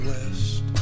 West